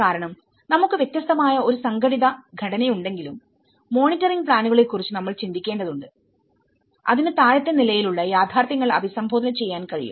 കാരണം നമുക്ക് വ്യത്യസ്തമായ ഒരു സംഘടിത ഘടനയുണ്ടെങ്കിലും മോണിറ്ററിംഗ് പ്ലാനിനെക്കുറിച്ച് നമ്മൾ ചിന്തിക്കേണ്ടതുണ്ട് അതിന് താഴത്തെ നിലയിലുള്ള യാഥാർത്ഥ്യങ്ങൾ അബിസംബോധന ചെയ്യാൻ കഴിയും